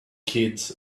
kids